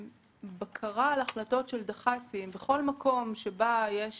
בקרה על החלטות של דח"צים - בכל מקום שבו יש